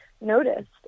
noticed